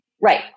Right